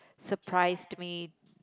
surprised me